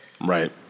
right